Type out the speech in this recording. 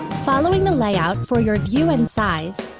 following the layout for your view and size,